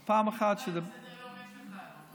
אבל פעם אחת, מי ישמע איזה סדר-יום יש לך היום.